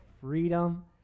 freedom